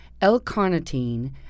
L-carnitine